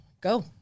go